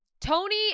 Tony